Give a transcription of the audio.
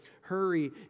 hurry